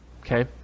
Okay